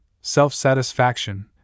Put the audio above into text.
self-satisfaction